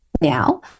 now